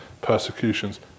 persecutions